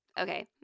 Okay